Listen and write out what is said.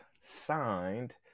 signed